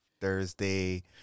Thursday